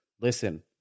listen